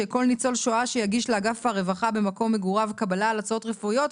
שכל ניצול שואה שיגיד לאגף הרווחה במקום מגוריו קבלה על הוצאות רפואיות,